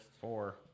Four